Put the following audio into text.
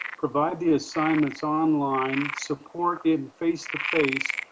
provide the assignments online, support it face to face,